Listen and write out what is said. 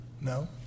no